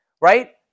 right